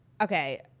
okay